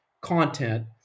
content